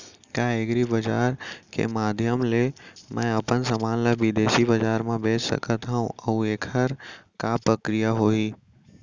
का एग्रीबजार के माधयम ले मैं अपन समान ला बिदेसी बजार मा बेच सकत हव अऊ एखर का प्रक्रिया होही?